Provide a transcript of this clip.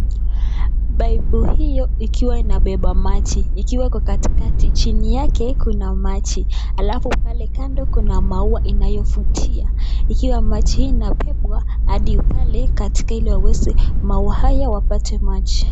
Paipu hiyo ikiwa inabeba maji ikiwa kwa katikati chini yake kuna maji alafu pale kando kuna maua inayovutia ikiwa maji hii inabebwa hadi pale katika ili waweze maua haya wapate maji.